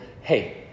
hey